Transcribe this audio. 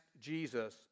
Jesus